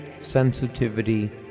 sensitivity